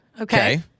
Okay